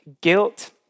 guilt